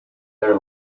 their